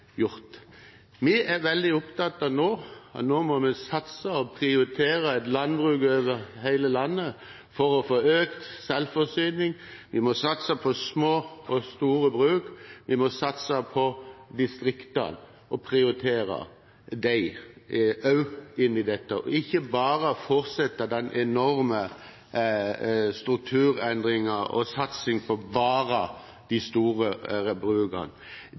Vi er veldig opptatt av at vi nå må satse på og prioritere landbruk over hele landet, for å få økt selvforsyning. Vi må satse på små og mellomstore bruk. Vi må satse på distriktene og prioritere også dem i dette – og ikke bare fortsette med den enorme strukturendringen og satsingen på bare de store brukene.